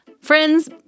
friends